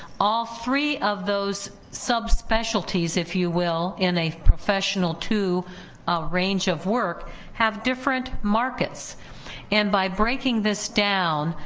all three of those subspecialties, if you will, in a professional two range of work have different markets and by breaking this down,